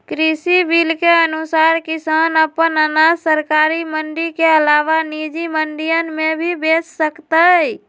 कृषि बिल के अनुसार किसान अपन अनाज सरकारी मंडी के अलावा निजी मंडियन में भी बेच सकतय